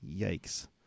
yikes